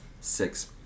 six